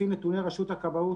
לפי נתוני רשות הכבאות,